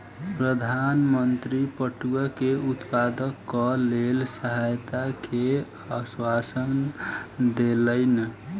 प्रधान मंत्री पटुआ के उत्पादनक लेल सहायता के आश्वासन देलैन